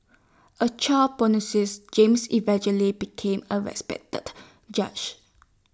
A child James eventually became A respected judge